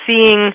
seeing